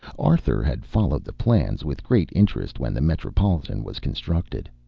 arthur had followed the plans with great interest when the metropolitan was constructed.